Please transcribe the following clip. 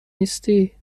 نیستی